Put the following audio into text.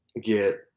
get